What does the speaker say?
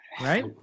right